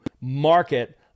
market